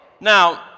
Now